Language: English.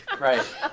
Right